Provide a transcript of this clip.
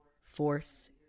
force